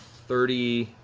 thirty,